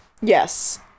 Yes